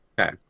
okay